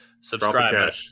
subscribe